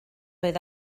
oedd